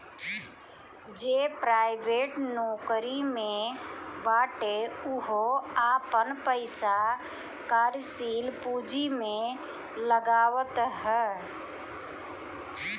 जे प्राइवेट नोकरी में बाटे उहो आपन पईसा कार्यशील पूंजी में लगावत हअ